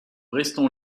restons